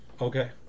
Okay